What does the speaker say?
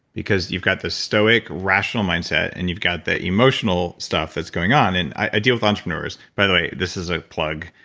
because you've got the stoic, rational mindset, and you've got the emotional stuff that's going on, and i deal with entrepreneurs. by the way, this is a plug,